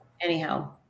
Anyhow